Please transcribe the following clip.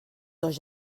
dos